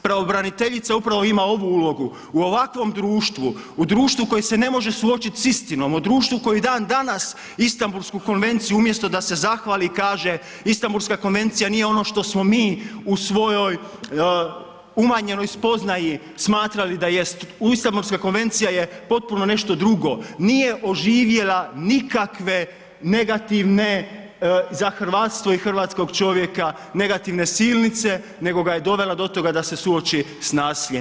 Pravobraniteljica upravo ima ovu ulogu u ovakvom društvu, u društvu koje se ne može suočiti sa istinom, u društvu koji dan danas Istanbulsku konvenciju umjesto da se zahvali i kaže Istanbulska konvencija nije ono što smo mi u svojoj umanjenoj spoznaji smatrali da jest, Istanbulska konvencija je potpuno nešto drugo, nije oživjela nikakve negativne za hrvatstvo i hrvatskoga čovjeka negativne silnice nego ga je dovela do toga da se suoči sa nasiljem.